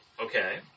Okay